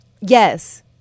yes